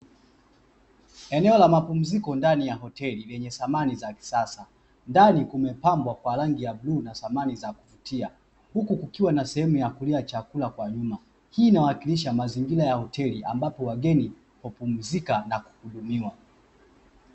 Eneo la mapumziko ndani ya hoteli yenye samani za kisasa . Ndani kumepambwa kwa rangi ya bluu na samani za kuvutia, huku kukiwa na sehemu ya kulia chakula kwa nyuma, hii inawakilisha mazingira ya hoteli ambapo wageni hupumzika na kuhudumiwa.